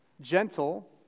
gentle